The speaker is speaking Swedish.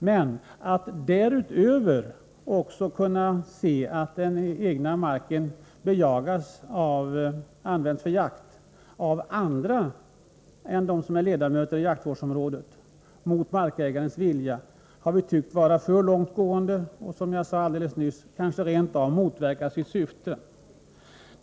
Men att marken därutöver mot markägarens vilja skall kunna användas för jakt av andra än dem som är ledamöter i jaktvårdsområdesföreningen har vi tyckt vara alltför långtgående. Sådana bestämmelser kan, som jag sade nyss, kanske rent av motverka sitt syfte.